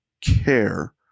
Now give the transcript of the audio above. care